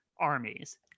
armies